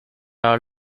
are